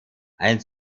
ein